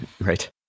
Right